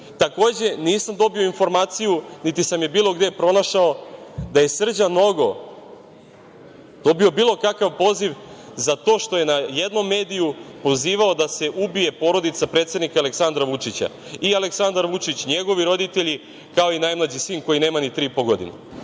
ubice? Takođe nisam dobio informaciju, niti sam je bilo gde pronašao da je Srđan Nogo dobio bilo kakav poziv za to što je na jednom mediju pozivao da se ubije porodica predsednika Aleksandra Vučića, i njegovi roditelji, kao i najmlađi sin koji nema ni tri i po